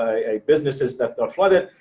ah businesses that are flooded.